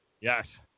Yes